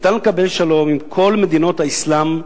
ניתן לקבל שלום עם כל מדינות האסלאם,